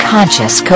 Conscious